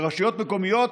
ברשויות מקומיות